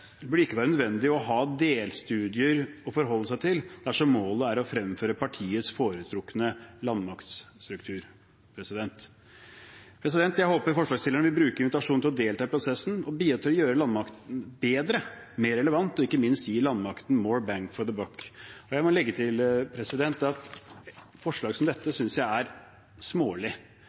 nødvendig å ha delstudier å forholde seg til dersom målet er å fremføre partiets foretrukne landmaktstruktur. Jeg håper forslagsstillerne vil bruke invitasjonen til å delta i prosessen og bidra til å gjøre landmakten bedre, mer relevant og ikke minst gi landmakten «more bang for the buck». Jeg må legge til at forslag som dette synes jeg er smålig.